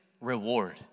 reward